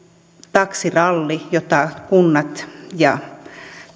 taksiralli jota kunnat ja